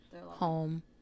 Home